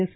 S